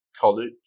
College